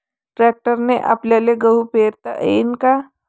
ट्रॅक्टरने आपल्याले गहू पेरता येईन का?